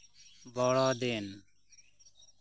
ᱵᱚᱲᱚ ᱫᱤᱱ